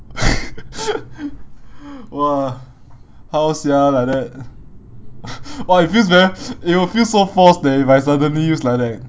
!wah! how sia like that !wah! it feels very it will feel so forced eh if I suddenly use dialect